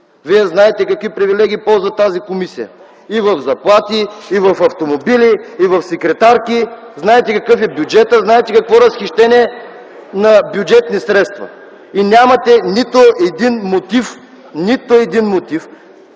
Вие знаете какви привилегии ползва тази комисия – и в заплати, и в автомобили, и в секретарки. Знаете какъв е бюджетът, знаете какво разхищение на бюджетни средства е! И нямате нито един мотив за увеличаване